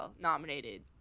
nominated